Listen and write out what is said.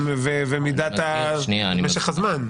ומשך הזמן.